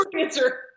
answer